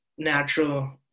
natural